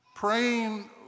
Praying